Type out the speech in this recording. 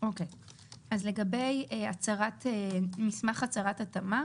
אז לגבי מסמך הצהרת התאמה